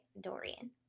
Dorian